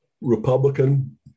Republican